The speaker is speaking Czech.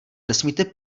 nesmíte